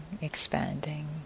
expanding